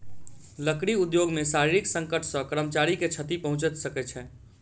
लकड़ी उद्योग मे शारीरिक संकट सॅ कर्मचारी के क्षति पहुंच सकै छै